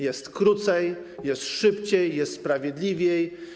Jest krócej, jest szybciej, jest sprawiedliwiej.